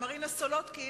ומרינה סולודקין,